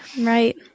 Right